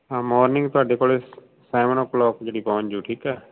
ਹਾਂ ਮੋਰਨਿੰਗ ਤੁਹਾਡੇ ਕੋਲੇ ਸੈਵਨ ਓ ਕਲੋਕ ਜਿਹੜੀ ਪਹੁੰਚ ਜੂ ਠੀਕ ਹੈ